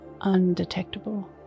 undetectable